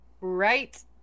Right